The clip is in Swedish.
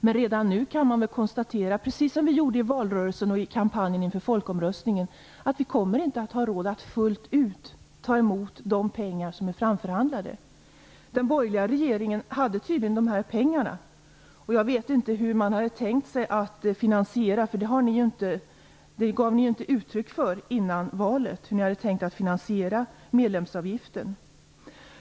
Men redan nu kan man konstatera, precis som vi gjorde i valrörelsen och i kampanjen inför folkomröstningen, att vi inte kommer att ha råd att fullt ut ta emot de pengar som är framförhandlade. Den borgerliga regeringen hade tydligen de här pengarna. Jag vet inte hur man hade tänkt sig att finansiera. Ni gav inte uttryck för hur ni hade tänkt att finansiera medlemsavgiften.